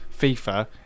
FIFA